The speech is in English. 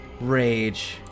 rage